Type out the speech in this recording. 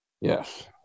Yes